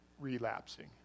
relapsing